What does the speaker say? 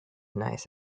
nice